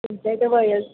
तुमच्या इथे